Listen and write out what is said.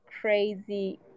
crazy